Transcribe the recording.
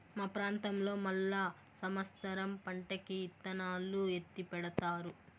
మా ప్రాంతంలో మళ్ళా సమత్సరం పంటకి ఇత్తనాలు ఎత్తిపెడతారు